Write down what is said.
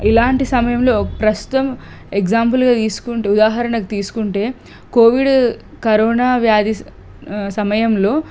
ఇలాంటి సమయంలో ప్రస్తుతం ఎగ్జాంపుల్గా తీసుకుంటూ ఉదాహరణకు తీసుకుంటే కోవిడ్ కరోనా వ్యాధి స సమయంలో